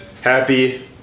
happy